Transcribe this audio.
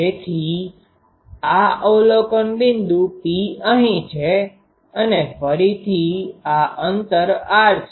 તેથી આ અવલોકન બિંદુ P અહીં છે અને ફરીથી આ અંતર r છે